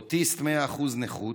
אוטיסט, מאה אחוז נכות,